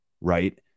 Right